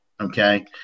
okay